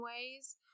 ways